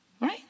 Right